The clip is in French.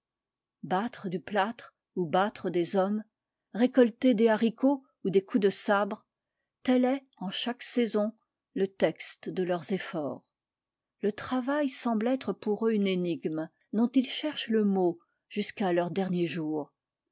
battre du plâtre ou battre des hommes récolter des haricots ou des coups de sabre tel est en chaque saison le texte de leurs efforts le travail semble être pour eux une énigme dont ils cherchent le mot jusqu'à leur dernier jour